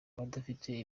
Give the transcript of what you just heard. abadafite